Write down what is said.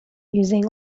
using